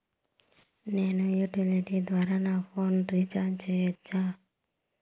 నేను యుటిలిటీ ద్వారా నా ఫోను రీచార్జి సేయొచ్చా?